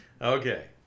Okay